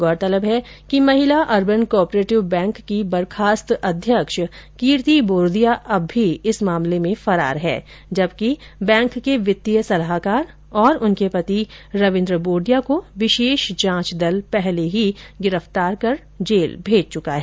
गौरतलब है कि महिला अरबन को ऑपरेटिव बैंक की बर्खास्त अध्यक्ष कीर्ति बोरदिया अब भी इस मामले में फरार है जबकि बैंक के वित्तीय सलाहकार और उनके पति रविन्द्र बोरदिया को विशेष जांच दल पहले ही गिरफ्तार कर जेल भेज चुका है